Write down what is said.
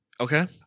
okay